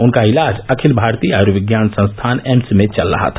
उनका इलाज अखिल भारतीय आयुर्विज्ञान संस्थान एम्स में चल रहा था